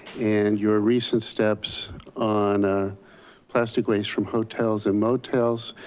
and your recent steps on plastic waste from hotels and motels,